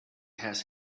has